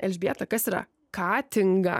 elžbieta kas yra katinga